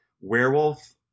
werewolf